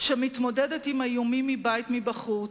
שמתמודדת עם האיומים מבית ומבחוץ,